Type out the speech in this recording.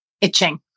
Itching